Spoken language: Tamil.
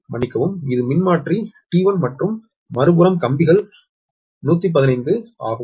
மன்னிக்கவும் இது மின்மாற்றி T1 மற்றும் மறுபுறம் கம்பிகள் 115 ஆகும்